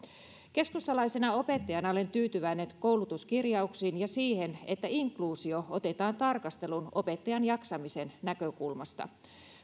keskustalaisena opettajana olen tyytyväinen koulutuskirjauksiin ja siihen että inkluusio otetaan tarkasteluun opettajan jaksamisen näkökulmasta